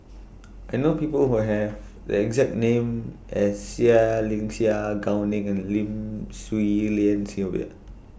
I know People Who Have The exact name as Seah Liang Seah Gao Leg Ning and Lim Swee Lian Sylvia